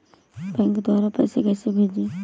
Bank द्वारा पैसे कैसे भेजें?